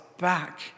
back